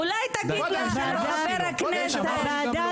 אולי תגיד לחברי הכנסת -- הוועדה